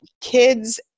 kids